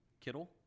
Kittle